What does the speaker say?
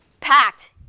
packed